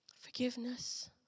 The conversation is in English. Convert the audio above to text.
Forgiveness